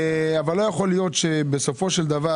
לא יכול להיות שבסופו של דבר,